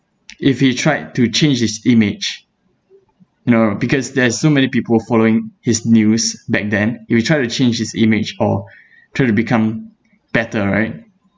if he tried to change his image no no because there's so many people following his news back then if he try to change his image or try to become better right